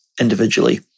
individually